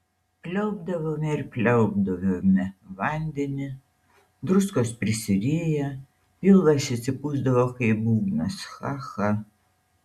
pliaupdavome ir pliaupdavome vandenį druskos prisiriję pilvas išsipūsdavo kaip būgnas cha cha